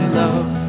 love